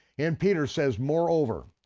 and peter says moreover,